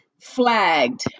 flagged